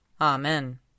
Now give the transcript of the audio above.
Amen